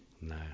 No